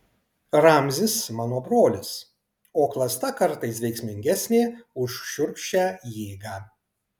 ramzis mano brolis o klasta kartais veiksmingesnė už šiurkščią jėgą